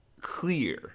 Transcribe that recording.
clear